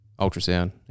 ultrasound